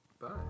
Bye